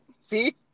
See